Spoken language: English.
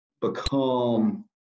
become